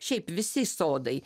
šiaip visi sodai